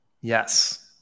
Yes